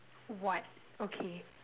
what okay